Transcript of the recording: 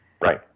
Right